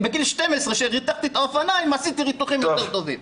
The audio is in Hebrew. בגיל 12 כשריתכתי את האופניים עשיתי ריתוכים יותר טובים.